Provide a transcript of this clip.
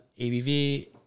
ABV